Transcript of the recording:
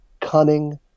Cunning